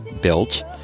built